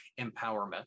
empowerment